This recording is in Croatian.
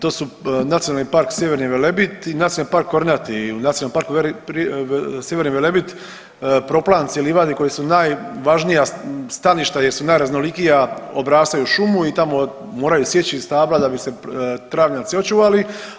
To su Nacionalni park Sjeverni Velebit i Nacionalni park Kornati ili Nacionalni park Sjeverni Velebit, proplanci livadni koji su najvažnija staništa jer su najraznolikija, obrastaju šumu i tamo moraju sjeći stabla da bi se travnjaci očuvali.